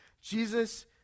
Jesus